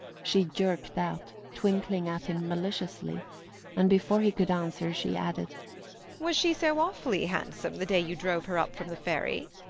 she jerked out, twinkling at him maliciously and before he could answer she added was she so awfully handsome the day you drove her up from the ferry?